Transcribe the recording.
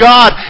God